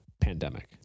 pandemic